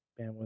bandwidth